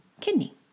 kidney